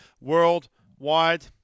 worldwide